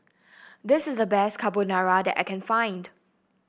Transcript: this is the best Carbonara that I can find